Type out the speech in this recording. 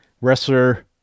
wrestler